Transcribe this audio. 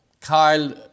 Kyle